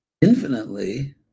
infinitely